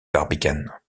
barbicane